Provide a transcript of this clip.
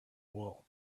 wool